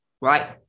right